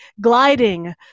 gliding